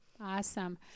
Awesome